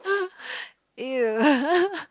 !eww!